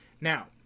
Now